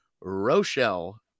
Rochelle